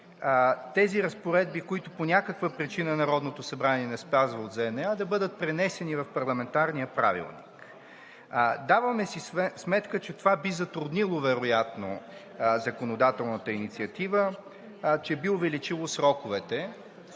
тези разпоредби, които по някаква причина Народното събрание не спазва, да бъдат пренесени в парламентарния правилник. Даваме си сметка, че това би затруднило вероятно законодателната инициатива, че би увеличило сроковете.